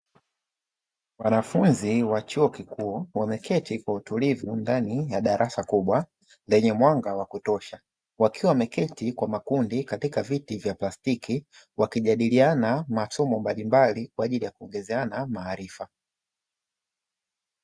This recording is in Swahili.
Wanafunzi wa chuo kikuu wameketi kwa utulivu ndani ya darasa kubwa lenye mwanga wa kutosha, wakiwa wameketi kwa makubdi katika vitu vya plastiki wakijadiliana masomo mbalimbali kwa ajili ya kuongezeana maarifa.